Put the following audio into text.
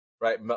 right